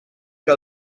que